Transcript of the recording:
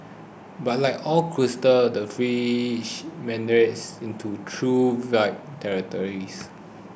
but like all crusades the fringes meandered into true vile territories